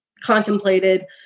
contemplated